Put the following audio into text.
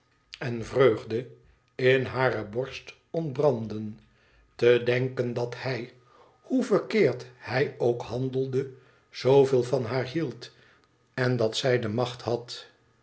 en vreugde in hare borst ontbranden te denken dat hij hoe verkeerd hij ook handelde zooveel van haar hield en dat zij de macht had